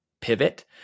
pivot